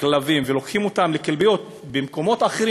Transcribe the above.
כלבים ולוקחים אותם לכלביות במקומות אחרים,